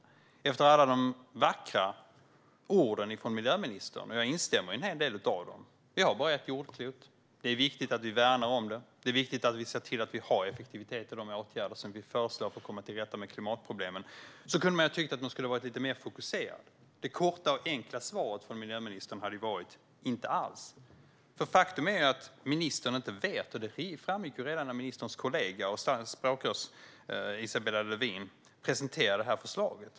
Det var vackra ord från miljöministern, och jag instämmer i en hel del av dem. Vi har bara ett jordklot. Det är viktigt att vi värnar om det och ser till att vi har effektivitet i de åtgärder vi föreslår för att komma till rätta med klimatproblemen. Man kunde dock ha tyckt att hon skulle ha varit lite mer fokuserad. Det korta och enkla svaret från miljöministern hade varit: inte alls. Faktum är att ministern inte vet. Det framgick redan när ministerns kollega språkröret Isabella Lövin presenterade förslaget.